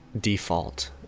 default